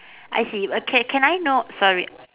I see uh c~ can I know sorry